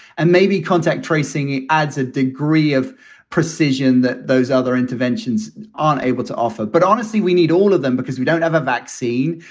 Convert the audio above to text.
and maybe contact tracing adds a degree of precision that those other interventions on able to offer. but honestly, we need all of them because we dont have a vaccine.